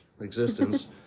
existence